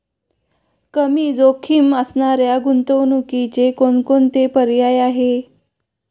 कमी जोखीम असणाऱ्या गुंतवणुकीचे कोणकोणते पर्याय आहे?